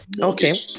okay